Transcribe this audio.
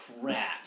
crap